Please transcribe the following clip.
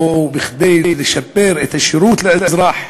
או כדי לשפר את השירות לאזרח?